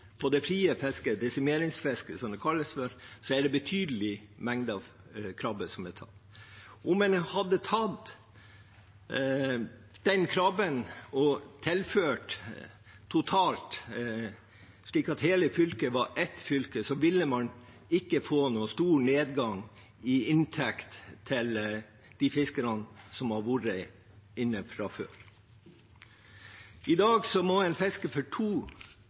det frie fisket – desimeringsfisket, som det kalles – er det betydelige mengder krabbe som er tatt. Om man hadde fordelt den krabben på hele fylket, ville man ikke ha fått noen stor nedgang i inntektene til de fiskerne som har vært inne fra før. I dag må en fiske for